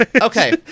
Okay